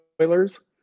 spoilers